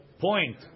point